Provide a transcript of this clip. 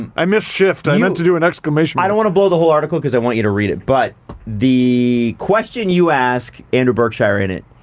i missed shift, i meant to do an exclamation point. i don't want to blow the whole article because i want you to read it, but the question you asked andrew berkshire in it,